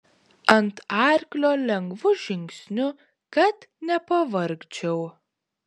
ant arklio lengvu žingsniu kad nepavargčiau